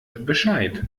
bescheid